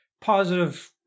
positive